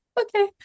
okay